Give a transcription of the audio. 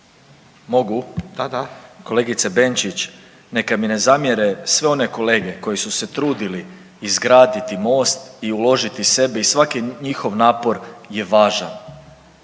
da./… Kolegice Benčić, neka mi ne zamjere sve one kolege koje su se trudili izgraditi most i uložiti sebe i svaki njihov napor je važan,